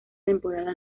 temporada